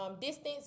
Distance